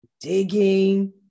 digging